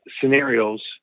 scenarios